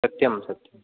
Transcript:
सत्यं सत्